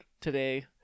today